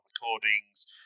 recordings